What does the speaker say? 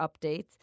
updates